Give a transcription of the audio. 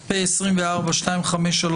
פ/2535/24,